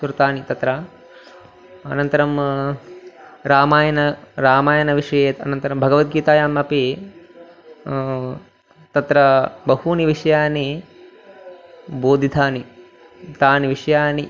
कृतानि तत्र अनन्तरं रामायणं रामायणविषये अनन्तरं भगवद्गीतायामपि तत्र बहवः विषयाः बोधिताः ते विषयाः